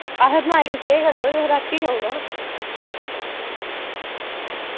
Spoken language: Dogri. आहो लाईट स्हेई करी लैयो रातीं गै औना